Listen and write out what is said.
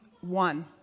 one